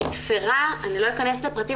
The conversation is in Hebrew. אני לא אכנס לפרטים,